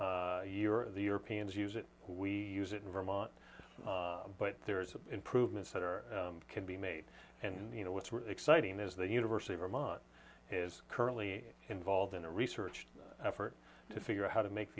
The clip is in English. your the europeans use it we use it in vermont but there's improvements that are can be made and you know what's exciting is the university of vermont is currently involved in a research effort to figure out how to make